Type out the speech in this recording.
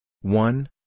one